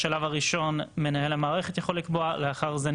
בשלב הראשון מנהל המערכת יכול לקבוע; לאחר מכן,